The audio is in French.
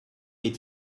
est